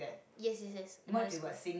yes yes yes another school